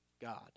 God